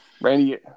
Randy